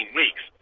weeks